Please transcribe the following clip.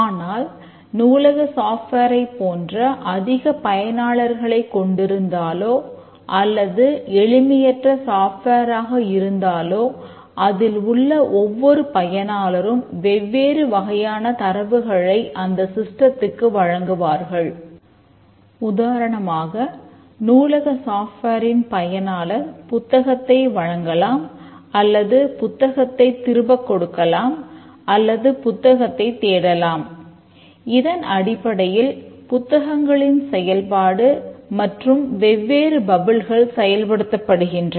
ஆனால் நூலக சாஃப்ட்வேரை செயல்படுத்தப்படுகின்றன